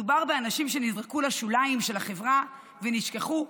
מדובר באנשים שנזרקו לשוליים של החברה ונשכחו,